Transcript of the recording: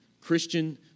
Christian